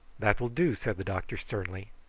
that will do, said the doctor sternly.